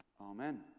amen